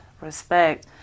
Respect